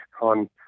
on